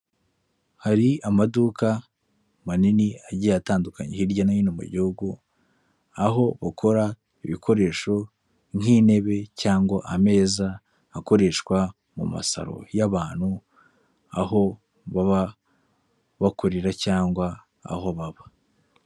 Hari amaduka manini agiye atandukanye hirya no hino mu gihugu, aho bakora ibikoresho nk'intebe cyangwa ameza akoreshwa mu masaro y'abantu, aho baba bakorera cyangwa aho baba.